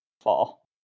Fall